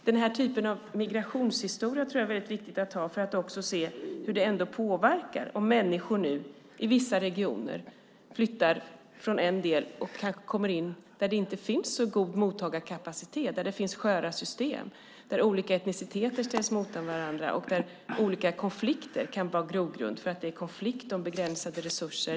Den här typen av migrationshistoria tror jag är väldigt viktig att ha för att se hur det påverkar om människor i vissa regioner flyttar från en del och kanske kommer någonstans där det inte finns så god mottagarkapacitet, där det finns sköra system, där olika etniciteter ställs mot varandra och där det finns en grogrund för olika konflikter. Det kan vara konflikt om begränsade resurser.